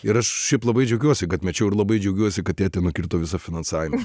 ir aš šiaip labai džiaugiuosi kad mečiau ir labai džiaugiuosi kad tėtė nukirto visą finansavimą